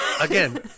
again